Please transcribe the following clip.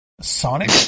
sonic